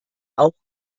auch